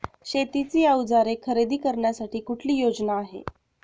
शेतीची अवजारे खरेदी करण्यासाठी कुठली योजना आहे?